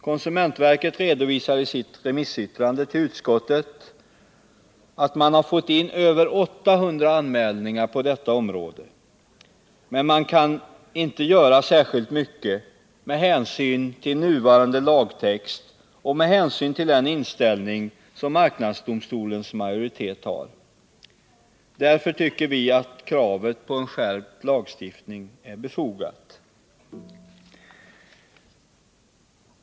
Konsumentverket redovisar i sitt remissyttrande att man fått in över 800 anmälningar på detta område men inte kan göra särskilt mycket med hänsyn till nuvarande lagtext och den inställning som marknadsdomstolens majoritet har. Därför tycker vi att kravet på en skärpt lagstiftning är befogat.